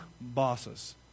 bosses